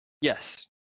Yes